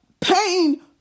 Pain